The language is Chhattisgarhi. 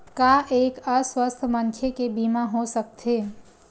का एक अस्वस्थ मनखे के बीमा हो सकथे?